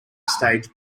stage